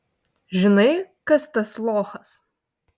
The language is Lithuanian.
žinai kas tas lochas